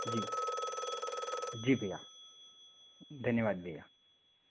जी जी भैया धन्यवाद भैया